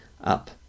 up